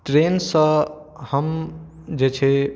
ट्रेनसँ हम जे छै